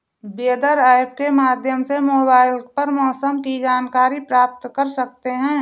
weather app के माध्यम से मोबाइल पर मौसम की जानकारी प्राप्त कर सकते हैं